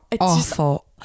awful